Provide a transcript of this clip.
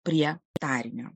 prie tarinio